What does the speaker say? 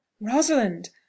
rosalind